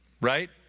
Right